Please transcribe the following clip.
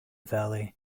valley